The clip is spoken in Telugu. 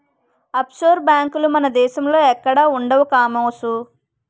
అప్షోర్ బేంకులు మన దేశంలో ఎక్కడా ఉండవు కామోసు